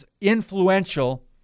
influential